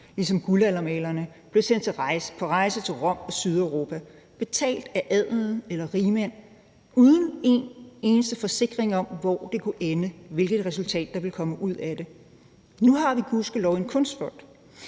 ligesom guldaldermalerne blev sendt på rejse til Rom og Sydeuropa betalt af adelen eller rigmænd uden at give en eneste forsikring om, hvor det kunne ende, og hvilket resultat der ville komme ud af det. Nu har vi gudskelov en kunstfond,